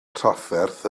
trafferth